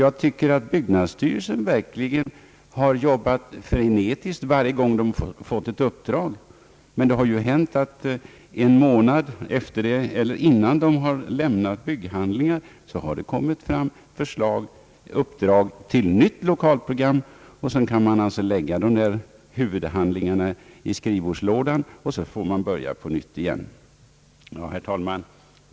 Jag tycker att byggnadsstyrelsen verkligen har arbetat frenetiskt varje gång den fått ett uppdrag, men det har hänt att styrelsen, en månad innan den skulle lämna ifrån sig färdiga huvudhandlingar, fått i uppdrag att göra ett nytt lokalprogram. Så har man fått lägga huvud handlingarna i skrivbordslådan och börja på nytt igen. Herr talman!